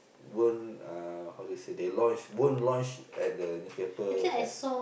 won't uh how to say they launch won't launch at the newspaper App